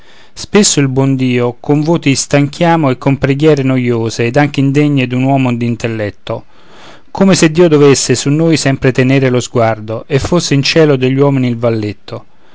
spesso il buon dio con voti stanchiamo e con preghiere noiose ed anche indegne d'un uomo d'intelletto come se dio dovesse su noi sempre tenere lo sguardo e fosse in cielo degli uomini il valletto